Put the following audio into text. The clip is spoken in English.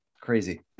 crazy